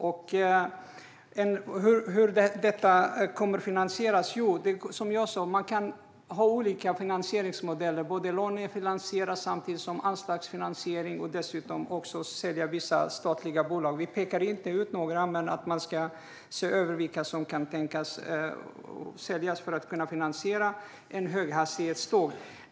Som jag sa kan man ha olika finansieringsmodeller och använda lånefinansiering samtidigt som man använder anslagsfinansiering och säljer vissa statliga bolag. Vi pekar inte ut några men menar att man ska se över vilka som kan tänkas säljas för att kunna finansiera höghastighetståg.